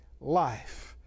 life